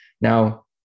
Now